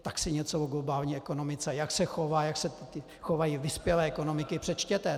Tak si něco o globální ekonomice, jak se chová, jak se chovají vyspělé ekonomiky, přečtěte.